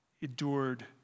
endured